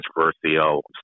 controversial